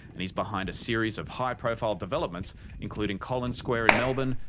and he's behind a series of high-profile developments including collins square in melbourne,